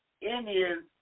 Indians